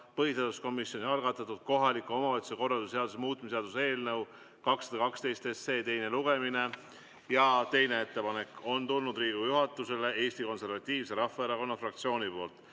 põhiseaduskomisjoni algatatud kohaliku omavalitsuse korralduse seaduse muutmise seaduse eelnõu 212 teine lugemine. Teine ettepanek on tulnud Riigikogu juhatusele Eesti Konservatiivse Rahvaerakonna fraktsioonilt,